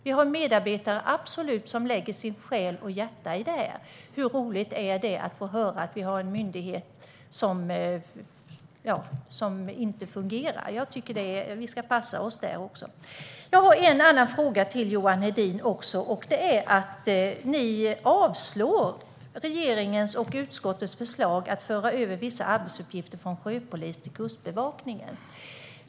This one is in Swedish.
Där finns medarbetare som lägger ned sin själ och sitt hjärta, och hur roligt är det då att få höra att vi har en myndighet som inte fungerar? Där tycker jag att vi ska passa oss. Jag har en annan fråga till Johan Hedin. Ni avstyrker regeringens och utskottets förslag att föra över vissa arbetsuppgifter från sjöpolisen till Kustbevakningen.